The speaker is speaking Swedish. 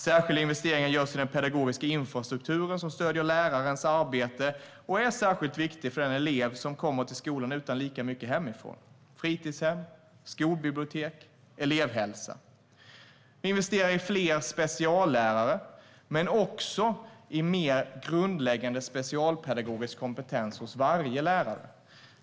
Särskilda investeringar görs i den pedagogiska infrastrukturen - fritidshem, skolbibliotek, elevhälsa - som stöder lärarens arbete och är särskilt viktig för en elev som kommer till skolan utan lika mycket hemifrån. Vi investerar i fler speciallärare men också i mer grundläggande specialpedagogisk kompetens hos varje lärare.